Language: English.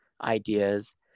ideas